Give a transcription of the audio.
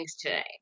today